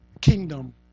Kingdom